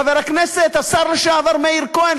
חבר הכנסת השר לשעבר מאיר כהן,